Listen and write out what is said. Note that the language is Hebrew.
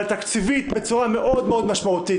אבל תקציבית בצורה מאוד מאוד משמעותית.